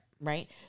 Right